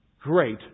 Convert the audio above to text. Great